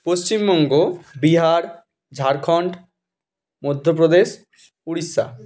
Paschimbanga Bihar Jharkhand Madhya Pradesh Orissa